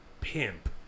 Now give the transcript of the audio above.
Pimp